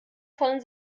von